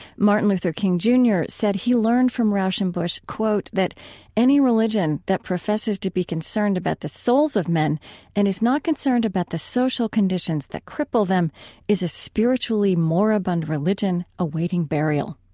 martin luther king jr. said he learned from rauschenbusch, quote, that any religion that professes to be concerned about the souls of men and is not concerned about the, social conditions that cripple them is a spiritually moribund religion awaiting burial.